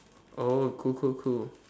oh cool cool cool